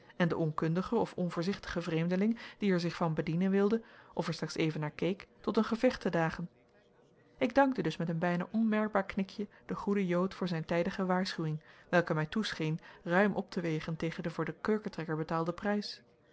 en den onkundigen of onvoorzichtigen vreemdeling die er zich van bedienen wilde of er slechts even naar keek tot een gevecht te dagen ik dankte dus met een bijna onmerkbaar knikje den goeden jood voor zijn tijdige waarschuwing welke mij toescheen ruim op te wegen tegen den voor den kurketrekker betaalden prijs